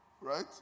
right